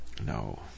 No